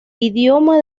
idioma